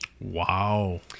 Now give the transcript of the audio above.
Wow